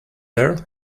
there